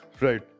Right